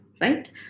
right